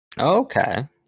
Okay